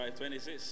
26